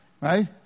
Right